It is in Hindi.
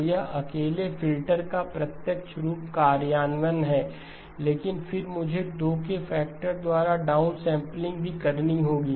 तो यह अकेले फिल्टर का प्रत्यक्ष रूप कार्यान्वयन है लेकिन फिर मुझे 2 के फैक्टर द्वारा डाउन सैंपलिंग भी करनी होगी